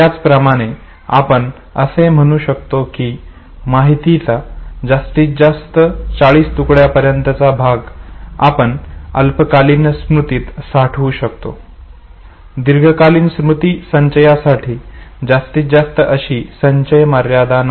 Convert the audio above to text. त्याचप्रमाणे आपण असे म्हणू शकतो की माहितीचा जास्तीत जास्त 40 तुकड्यांपर्यंतचा भाग आपण अल्पकालीन स्मृतीत साठवू शकतो दीर्घकालीन स्मृती संचयनासाठी जास्तीत जास्त अशी संचय मर्यादा नाही